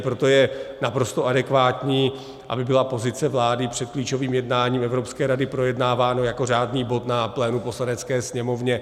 Proto je naprosto adekvátní, aby byla pozice vlády před klíčovým jednáním Evropské rady projednávána jako řádný bod na plénu v Poslanecké sněmovně.